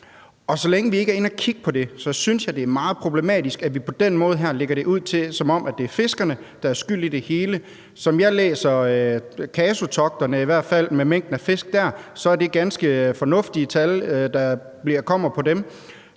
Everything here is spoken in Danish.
så længe vi ikke er inde og kigge på det, synes jeg det er meget problematisk, at vi på den måde her udlægger det, som om det er fiskerne, der er skyld i det hele. Som jeg læser dataene fra KASU-togterne omkring mængden af fisk, er det ganske fornuftige tal, der er på dem.